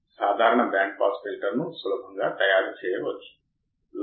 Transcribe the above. ఈ సందర్భంలో నా వద్ద గైన్ ఉంటుంది అది గైన్